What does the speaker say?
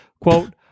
Quote